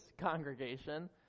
congregation